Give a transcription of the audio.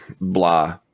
blah